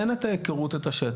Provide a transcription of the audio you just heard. אין את ההיכרות את השטח,